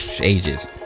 ages